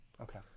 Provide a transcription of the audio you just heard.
Okay